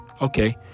Okay